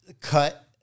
cut